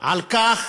על כך